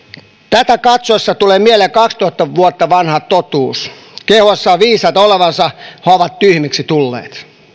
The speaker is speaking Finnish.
tätä katsoessa tulee mieleen kaksituhatta vuotta vanha totuus kehuessaan viisaita olevansa he ovat tyhmiksi tulleet